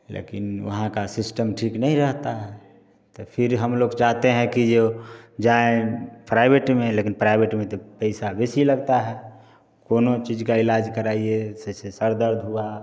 लेकिन वहाँ का सिस्टम ठीक नहीं रहता है तो फिर हम लोग चाहते हैं कि जो जाएँ प्राइवेट में लेकिन प्राइवेट में तो पैसा वैसी लगता है कोनो चीज का इलाज कराइए जैसे सर दर्द हुआ